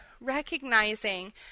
recognizing